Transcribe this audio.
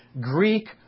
Greek